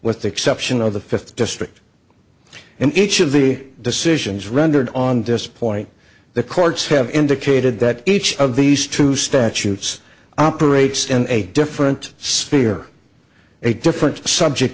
with the exception of the fifth district in each of the decisions rendered on this point the courts have indicated that each of these two statutes operates in a different sphere a different subject